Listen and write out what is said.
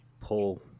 pull